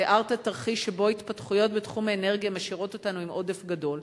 תיארת תרחיש שבו התפתחויות בתחום האנרגיה משאירות אותנו עם עודף גדול,